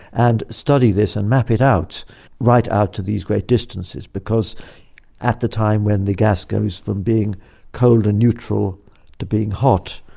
and study this and map it out right out to these great distances. because at the time when the gas goes from being cold and neutral to being hot,